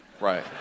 Right